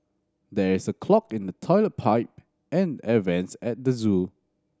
there is a clog in the toilet pipe and the air vents at the zoo